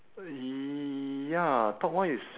uh ya top one is